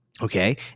Okay